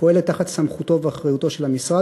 הפועלת בסמכותו ובאחריותו של המשרד,